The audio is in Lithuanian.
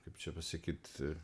kaip čia pasakyt